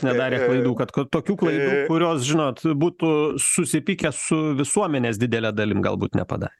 nedarė klaidų kad tokių klaidų kurios žinot būtų susipykę su visuomenės didele dalim galbūt nepadarė